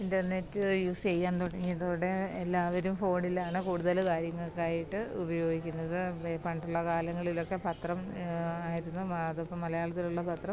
internet use ചെയ്യാൻ തുടങ്ങിയതോടെ എല്ലാവരും ഫോണിലാണ് കൂടുതൽ കാര്യങ്ങൾക്ക് ആയിട്ട് ഉപയോഗിക്കുന്നത് പണ്ടുള്ള കാലങ്ങളിലൊക്കെ പത്രം ആയിരുന്നു അതിപ്പം മലയാളത്തിലുള്ള പത്രം